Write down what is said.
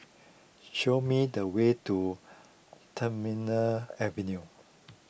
show me the way to Terminal Avenue